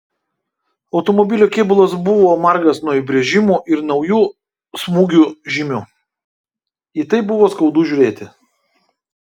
automobilio kėbulas buvo margas nuo įbrėžimų ir naujų smūgių žymių į tai buvo skaudu žiūrėti